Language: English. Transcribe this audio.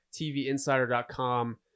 TVInsider.com